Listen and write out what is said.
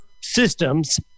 systems